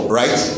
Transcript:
right